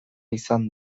izan